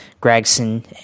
Gregson